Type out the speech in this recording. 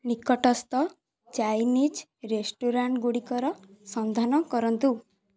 ନିକଟସ୍ଥ Chinese restaurant ଗୁଡ଼ିକର ସନ୍ଧାନ କରନ୍ତୁ